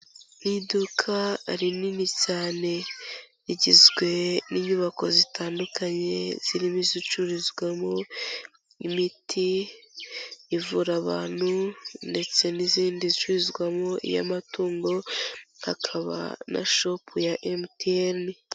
Ni iduka rinini cyane rigizwe n'inyubako zitandukanye, zirimo izicururizwamo imiti ivura abantu ndetse n'izindi zicururizwamo iy'amatungo, hakaba na shop ya MTN.